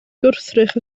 gwrthrych